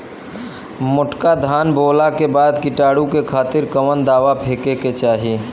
मोटका धान बोवला के बाद कीटाणु के खातिर कवन दावा फेके के चाही?